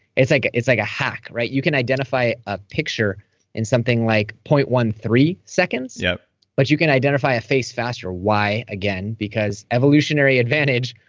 it's like it's like a hack, right? you can identify a picture in something like zero point one three seconds. yeah but you can identify a face faster. why? again, because evolutionary advantage,